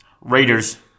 Raiders